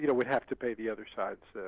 you know would have to pay the other side's